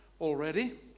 already